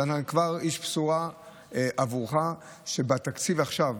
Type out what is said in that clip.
אז אני כבר איש בשורה עבורך שבתקציב עכשיו,